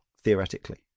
theoretically